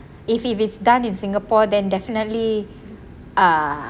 if if it's done in singapore than definitely ah